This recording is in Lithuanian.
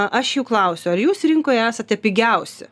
aš jų klausiu ar jūs rinkoje esate pigiausi